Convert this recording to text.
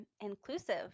inclusive